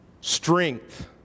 Strength